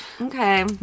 Okay